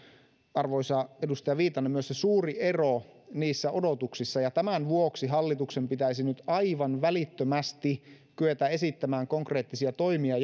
arvoisa edustaja viitanen se suuri ero niissä odotuksissa ja tämän vuoksi hallituksen pitäisi nyt aivan välittömästi kyetä esittämään konkreettisia toimia